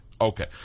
okay